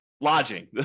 lodging